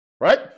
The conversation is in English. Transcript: right